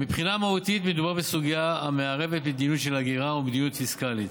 מבחינה מהותית מדובר בסוגיה המערבת מדיניות של הגירה ומדיניות פיסקאלית,